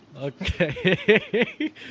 Okay